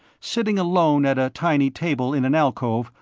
sitting alone at a tiny table in an alcove,